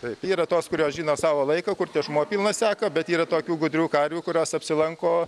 taip yra tos kurios žino savo laiką kur tešmuo pilnas seka bet yra tokių gudrių karvių kurios apsilanko